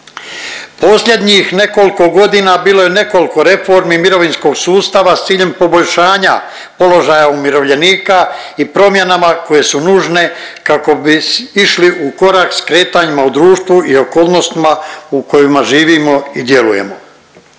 Posljednjih nekoliko godina bilo je nekoliko reformi mirovinskog sustava s ciljem poboljšanja položaja umirovljenika i promjenama koje su nužne kako bi išli u korak s kretanjima u društvu i okolnostima u kojima živimo i djelujemo.